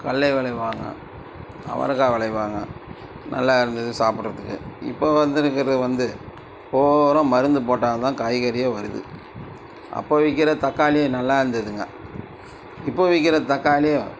கடலை விளைவாங்க அவரைக்காய் விளைவாங்க நல்லா இருந்தது சாப்பிட்றதுக்கு இப்போது வந்திருக்குறது வந்து ஓவராக மருந்து போட்டால் தான் காய்கறியே வருது அப்போது விற்குற தக்காளி நல்லா இருந்ததுங்க இப்போது விற்குற தக்காளி